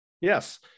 yes